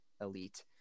elite